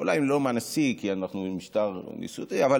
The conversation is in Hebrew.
אולי לא מהנשיא, כי אנחנו משטר נשיאותי, אבל